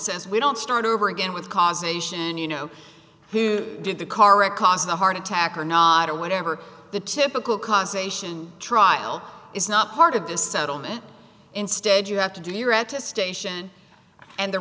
says we don't start over again with cars nation you know who did the car wreck caused the heart attack or not or whatever the typical cause ation trial is not part of the settlement instead you have to do your add to station and the